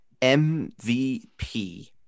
MVP